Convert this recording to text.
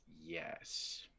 Yes